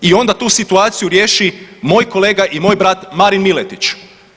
I onda tu situaciju riješi moj kolega i moj brat Marin Miletić.